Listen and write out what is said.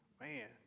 Man